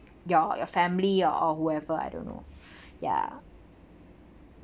your your family or or whoever I don't know ya